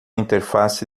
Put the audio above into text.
interface